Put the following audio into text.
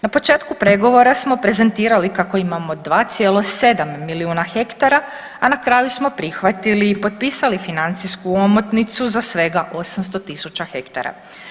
Na početku pregovora smo prezentirali kako imamo 2,7 milijuna hektara, a na kraju smo prihvatili i potpisali financijsku omotnicu za svega 800.000 hektara.